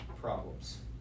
problems